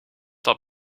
dat